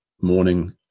morning